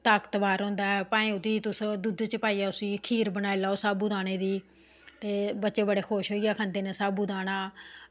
ताकतवर होंदा ऐ भांएं तुस उसी खीर बनाई लैओ साबू दाने दी ते बच्चे बड़े खुश होइये खंदे साबू दाना